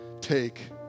Take